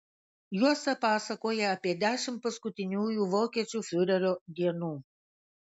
juosta pasakoja apie dešimt paskutiniųjų vokiečių fiurerio dienų